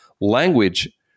language